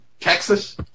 Texas